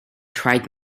tried